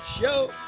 show